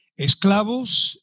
esclavos